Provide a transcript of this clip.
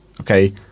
Okay